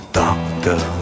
doctor